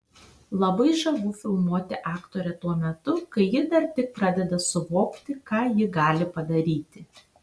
labai žavu filmuoti aktorę tuo metu kai ji dar tik pradeda suvokti ką ji gali padaryti